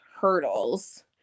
hurdles